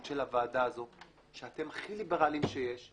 של הוועדה הזאת - שאתם הכי ליברלים שיש,